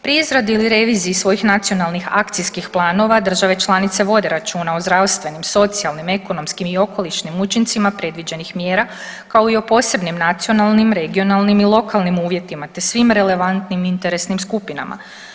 Pri izradi ili reviziji svojih nacionalnih akcijskih planova države članice vode računa o zdravstvenim, socijalnim, ekonomskim i okolišnim učincima predviđenih mjera kao i o posebnim nacionalnim, regionalnim i lokalnim uvjetima te svim relevantnim interesnim skupinama.